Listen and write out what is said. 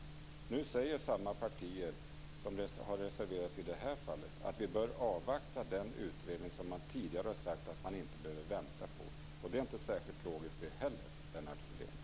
Nu säger samma partier, som har reserverat sig i det här fallet, att vi bör avvakta den utredning som man tidigare har sagt att man inte behöver vänta på. Det är inte särskilt logiskt det heller, Lennart